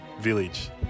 village